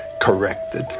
corrected